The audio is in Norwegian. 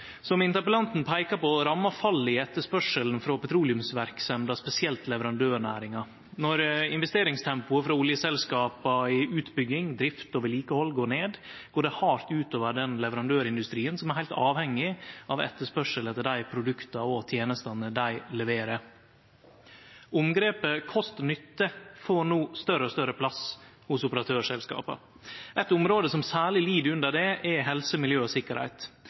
Som interpellanten peikar på, rammar fallet i etterspørselen frå petroleumsverksemda spesielt leverandørnæringa. Når investeringstempoet frå oljeselskapa i utbygging, drift og vedlikehald går ned, går det hardt ut over den leverandørindustrien som er heilt avhengig av etterspørsel etter dei produkta og tenestene dei leverer. Omgrepet «kost/ nytte» får no større og større plass hos operatørselskapa. Eit område som særleg lid under det, er helse, miljø og sikkerheit.